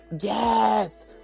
Yes